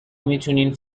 میتونین